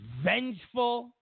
vengeful